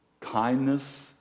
kindness